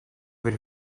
very